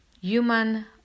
human